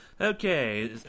Okay